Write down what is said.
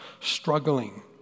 struggling